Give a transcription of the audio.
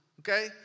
okay